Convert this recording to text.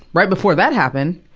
right before that happened,